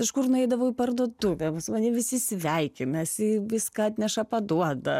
kažkur nueidavau į parduotuvę pas mane visi sveikinasi viską atneša paduoda